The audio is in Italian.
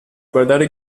guardare